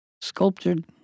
sculptured